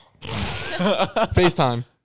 FaceTime